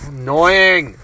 Annoying